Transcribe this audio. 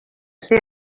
ser